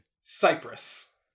Cyprus